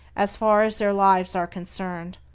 as far as their lives are concerned,